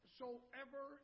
soever